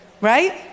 Right